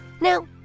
Now